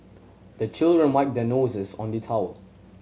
the children wipe their noses on the towel